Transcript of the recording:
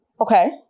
okay